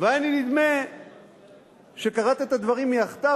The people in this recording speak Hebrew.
והיה לי נדמה שקראת את הדברים מהכתב,